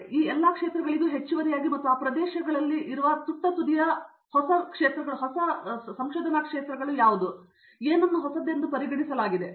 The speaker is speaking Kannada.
ಆದರೆ ಅದಲ್ಲದೆ ಈ ಎಲ್ಲಾ ಕ್ಷೇತ್ರಗಳಿಗೂ ಹೆಚ್ಚುವರಿಯಾಗಿ ಮತ್ತು ಆ ಪ್ರದೇಶಗಳ ತುಟ್ಟತುದಿಯ ಬಗ್ಗೆ ನಿಮಗೆ ತಿಳಿದಿರುವ ಹೊಸ ಸಂಶೋಧನಾ ಕ್ಷೇತ್ರಗಳೆಂದು ಪರಿಗಣಿಸಲಾಗುವ ಕಂಪ್ಯೂಟರ್ ವಿಜ್ಞಾನದ ಸಂಶೋಧನೆಯ ಇತರ ಕ್ಷೇತ್ರಗಳು ಯಾವುವು